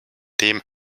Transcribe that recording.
dem